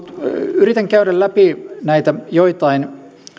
yritän käydä läpi näitä joitain